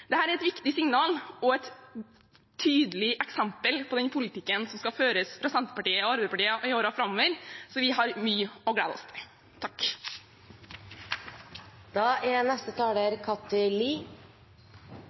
er et viktig signal og et tydelig eksempel på den politikken som skal føres fra Senterpartiet og Arbeiderpartiet i årene framover, så vi har mye å glede oss til.